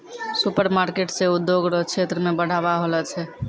supermarket से उद्योग रो क्षेत्र मे बढ़ाबा होलो छै